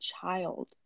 child